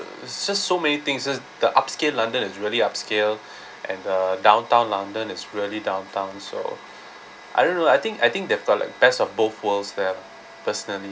it's just so many things it's just the upscale london is really upscale and the downtown london is really downtown so I don't know I think I think they've got like best of both worlds there personally